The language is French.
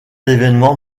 événement